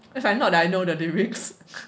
is not that I know the lyrics